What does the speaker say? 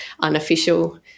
unofficial